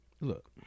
Look